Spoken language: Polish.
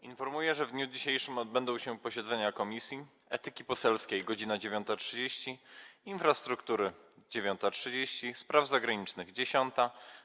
Informuję, że w dniu dzisiejszym odbędą się posiedzenia Komisji: - Etyki Poselskiej - godz. 9.30, - Infrastruktury - godz. 9.30, - Spraw Zagranicznych - godz. 10,